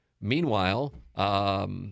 Meanwhile